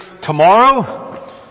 tomorrow